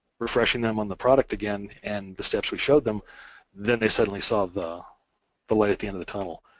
refreshing them on the product again and the steps we showed them then they suddenly saw the the light at the end of the tunnel.